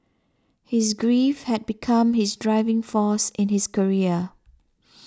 his grief had become his driving force in his career